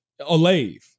olave